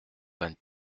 vingt